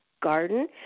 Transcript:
Garden